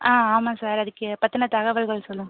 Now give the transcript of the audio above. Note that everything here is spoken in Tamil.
ஆ ஆமாம் சார் அதுக்கு பற்றின தகவல்கள் சொல்லுங்கள்